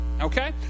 Okay